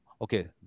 okay